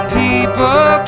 people